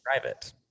private